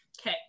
Okay